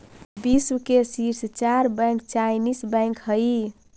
विश्व के शीर्ष चार बैंक चाइनीस बैंक हइ